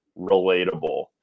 relatable